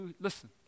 listen